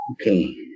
Okay